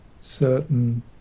certain